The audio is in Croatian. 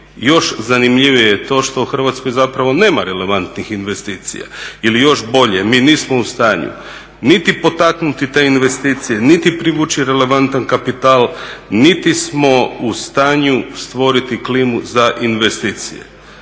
još zanimljivije je to što u Hrvatskoj zapravo nema relevantnih investicija. Ili još bolje, mi nismo u stanju niti potaknuti te investicije, niti privući relevantan kapital, niti smo u stanju stvoriti klimu za investicije.